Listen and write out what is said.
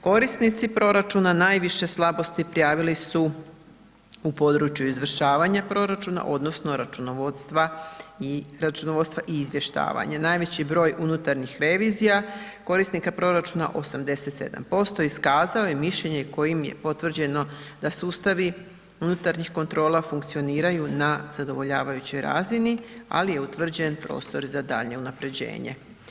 Korisnici proračuna najviše slabosti prijavili su u području izvršavanja proračuna odnosno računovodstva i izvještavanja, najveći broj unutarnjih revizija korisnika proračuna 87%, iskazao je mišljenje kojim je potvrđeno da sustavi unutarnjih kontrola funkcioniraju na zadovoljavajućoj razini ali je utvrđen prostor za daljnje unaprjeđenje.